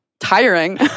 Tiring